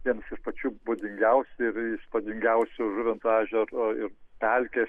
vienas iš pačių būdingiausių ir įspūdingiausių žuvinto ežero ir pelkes